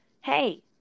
hey